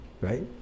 right